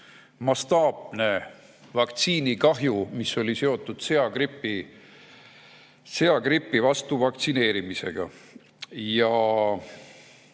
mastaapne vaktsiinikahjude [juhtum], mis oli seotud seagripi vastu vaktsineerimisega.